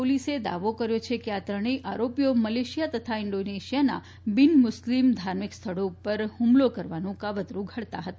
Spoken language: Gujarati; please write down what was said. પોલીસે દાવો કર્યો છે કે આ ત્રણેય આરોપીઓ મલેશીયા તથા ઇન્ડોનેશિયાના બિન મુસ્લિમ ધાર્મિક સ્થળો ઉપર હુમલો કરવાનું કાવતરૂ ઘડતા હતા